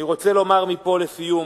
אני רוצה לומר מפה, לסיום,